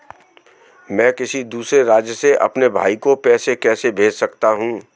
मैं किसी दूसरे राज्य से अपने भाई को पैसे कैसे भेज सकता हूं?